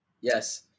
Yes